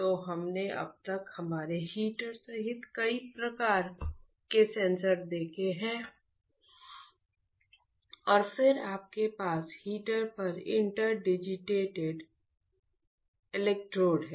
तो हमने अब तक हमारे हीटर सहित कई प्रकार के सेंसर देखे हैं और फिर आपके पास हीटर पर इंटरडिजिटेड इलेक्ट्रोड हैं